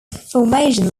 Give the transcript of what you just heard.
formation